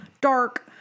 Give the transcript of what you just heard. dark